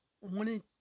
wanted